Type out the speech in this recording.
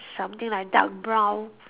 something like dark brown